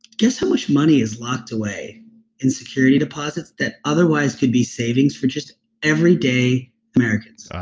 guess how much money is locked away in security deposits that otherwise could be savings for just everyday americans?